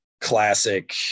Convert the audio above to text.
classic